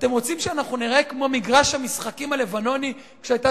אתם רוצים שאנחנו ניראה כמו מגרש המשחקים הלבנוני כשהיתה